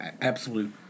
absolute